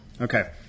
Okay